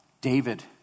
David